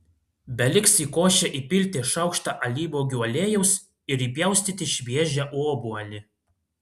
beliks į košę įpilti šaukštą alyvuogių aliejaus ir įpjaustyti šviežią obuolį